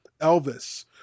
Elvis